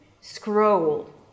Scroll